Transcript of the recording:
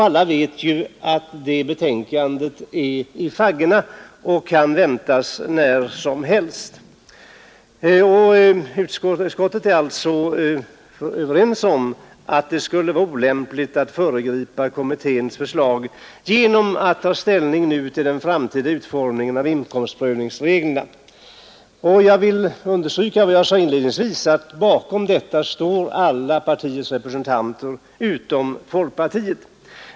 Alla vet ju att det betänkandet är i faggorna och kan väntas när som helst. Vi i utskottet är alltså överens om att det skulle vara olämpligt att föregripa kommitténs förslag genom att nu ta ställning till den framtida utformningen av inkomstprövningsreglerna. Och jag vill understryka vad jag sade inledningsvis, att bakom detta står alla partiers representanter utom folkpartiets.